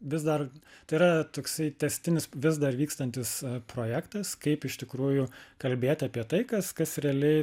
vis dar tai yra toksai tęstinis vis dar vykstantis projektas kaip iš tikrųjų kalbėti apie tai kas kas realiai